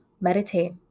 meditate